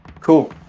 Cool